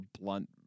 blunt